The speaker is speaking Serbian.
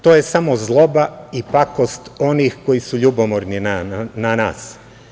To je samo zloba i pakost onih koji su ljubomorni na nas.